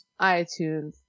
itunes